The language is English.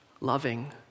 loving